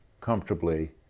comfortably